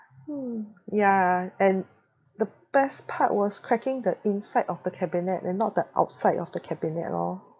mm yeah and the best part was cracking the inside of the cabinet and not the outside of the cabinet lor